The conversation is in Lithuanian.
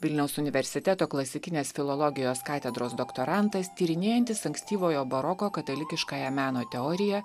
vilniaus universiteto klasikinės filologijos katedros doktorantas tyrinėjantis ankstyvojo baroko katalikiškąją meno teoriją